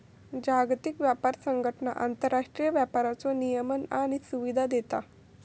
जागतिक व्यापार संघटना आंतरराष्ट्रीय व्यापाराचो नियमन आणि सुविधा देता